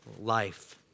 life